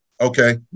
Okay